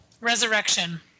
Resurrection